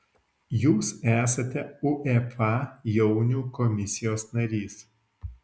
jūs esate uefa jaunių komisijos narys